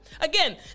Again